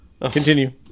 Continue